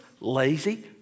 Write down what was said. lazy